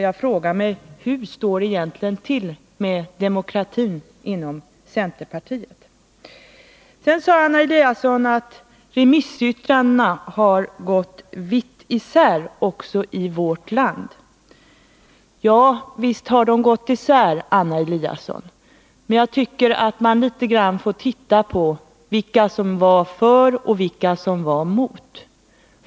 Jag frågar mig: Hur står det egentligen till med demokratin inom centern? Sedan sade Anna Eliasson att remissyttrandena gått vitt isär också i vårt land. Ja, visst har de gjort det. Men jag tycker att man också får se på vilka som var för och vilka som var emot.